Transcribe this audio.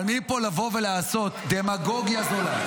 אבל מפה לבוא ולעשות דמגוגיה זולה?